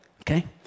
Okay